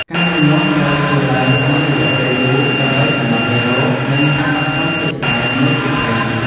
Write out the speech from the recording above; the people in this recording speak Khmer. ការរំងាស់ ត្រូវធ្វើឡើងក្នុងរយៈពេលយូរ ដើម្បីសម្លាប់មេរោគ និងកាត់បន្ថយជាតិប្រៃនៃទឹកត្រី។